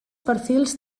perfils